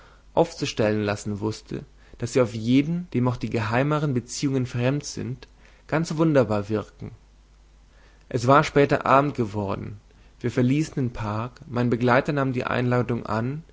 zu lassen wußte daß sie auf jeden dem auch die geheimeren beziehungen fremd sind ganz wunderbar wirken es war später abend geworden wir verließen den park mein begleiter nahm die einladung an